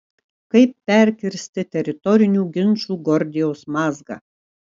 kaip perkirsti teritorinių ginčų gordijaus mazgą